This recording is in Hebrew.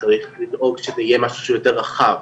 צריך לדאוג שזה יהיה משהו שהוא יותר רחב